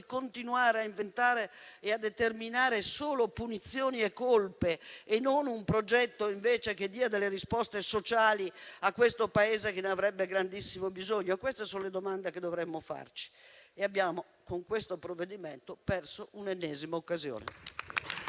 continuare a inventare e a determinare solo punizioni e colpe, anziché non un progetto che dia risposte sociali al Paese, che ne avrebbe grandissimo bisogno? Queste sono le domande che dovremmo farci e con questo provvedimento abbiamo perso l'ennesima occasione.